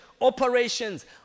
operations